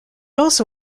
also